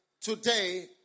today